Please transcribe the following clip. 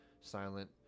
silent